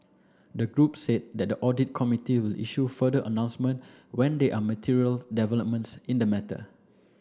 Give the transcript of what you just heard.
the group said that the audit committee will issue further announcement when there are material developments in the matter